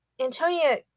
antonia